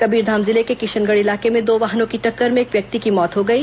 कबीरधाम जिले के किशनगढ़ इलाके में दो वाहनों की टक्कर में एक व्यक्ति की मौत हो गई